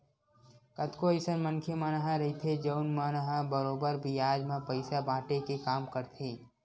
कतको अइसन मनखे मन ह रहिथे जउन मन ह बरोबर बियाज म पइसा बाटे के काम करथे